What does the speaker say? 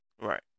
Right